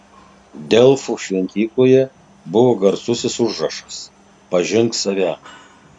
delfų šventykloje buvo garsusis užrašas pažink save